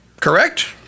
correct